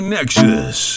Nexus